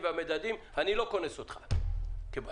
אני חושב שכן.